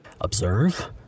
Observe